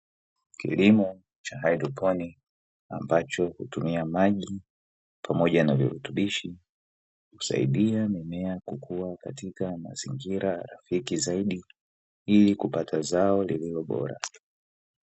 Kilimo cha haidroponi ambacho hutumia maji pamoja na virutubishi, kusaidia mimea kukua katika mazingira rafiki zaidi ili kupata zao lililo bora.